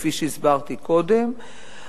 כפי שהסברתי קודם,